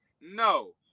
No